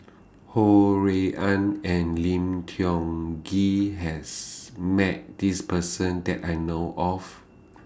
Ho Rui An and Lim Tiong Ghee has Met This Person that I know of